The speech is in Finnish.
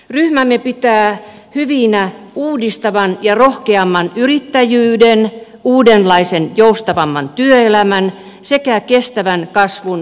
ryhmämme pitää hyvinä uudistavan ja rohkeamman yrittäjyyden uudenlaisen joustavamman työelämän sekä kestävän kasvun linjauksia